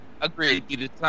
Agreed